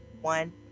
one